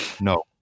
No